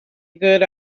good